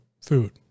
food